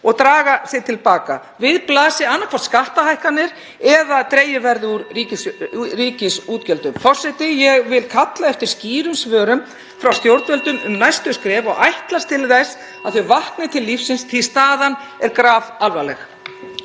og draga sig til baka. Við blasi annaðhvort skattahækkanir eða að dregið verði úr ríkisútgjöldum. Forseti. Ég kalla eftir skýrum svörum frá stjórnvöldum um næstu skref og ætlast til þess að þau vakni til lífsins, því að staðan er grafalvarleg.